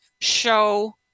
show